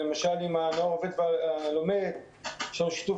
למשל עם הנוער העובד והלומד יש לנו שיתוף